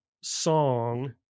song